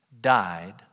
died